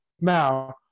Now